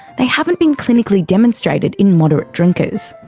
they haven't been clinically demonstrated in moderate drinkers.